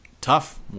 Tough